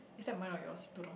is that mine or yours don't know